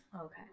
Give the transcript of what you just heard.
Okay